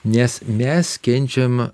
nes mes kenčiam